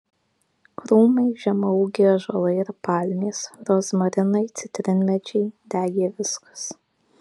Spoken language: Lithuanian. krūmai žemaūgiai ąžuolai ir palmės rozmarinai citrinmedžiai degė viskas